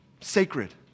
sacred